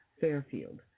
Fairfield